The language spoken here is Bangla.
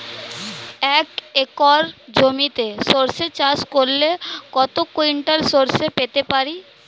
এক একর জমিতে সর্ষে চাষ করলে কত কুইন্টাল সরষে পেতে পারি?